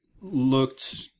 looked